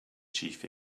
chief